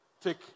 take